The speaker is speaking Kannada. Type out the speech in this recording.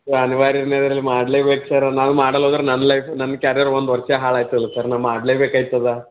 ಯ ಅನಿವಾರ್ಯದ ಮೇಲದ ಮಾಡ್ಲೇಬೇಕು ಸರ್ ನಾವು ಮಾಡಲ್ಲಾಂದ್ರೆ ನನ್ನ ಲೈಫ್ ನನ್ನ ಕ್ಯಾರಿಯರ್ ಒಂದು ವರ್ಷ ಹಾಳಾಯ್ತಲ್ಲ ಸರ್ ನಾನು ಮಾಡಲೇ ಬೇಕಾಗ್ತದ